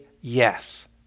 yes